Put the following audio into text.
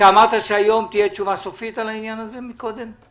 אמרת שהיום תהיה תשובה סופית על העניין הזה מקודם?